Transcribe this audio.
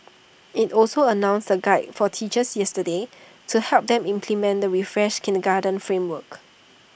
IT also announced A guide for teachers yesterday to help them implement the refreshed kindergarten framework